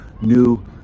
new